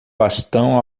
bastão